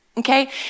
Okay